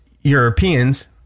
Europeans